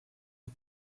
het